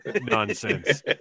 nonsense